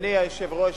אדוני היושב-ראש,